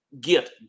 get